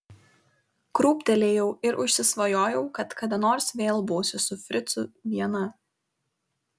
krūptelėjau ir užsisvajojau kad kada nors vėl būsiu su fricu viena